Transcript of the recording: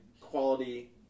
quality